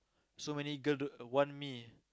so many girl don't want me